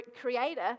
creator